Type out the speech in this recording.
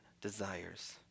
desires